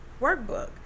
workbook